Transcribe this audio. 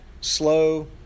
slow